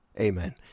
Amen